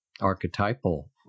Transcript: archetypal